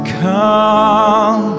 come